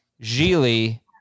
Gili